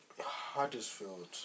Huddersfield